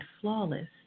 flawless